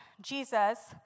Jesus